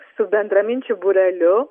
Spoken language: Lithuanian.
su bendraminčių būreliu